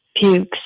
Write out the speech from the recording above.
pukes